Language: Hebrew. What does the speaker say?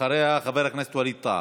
אחריה, חבר הכנסת ווליד טאהא.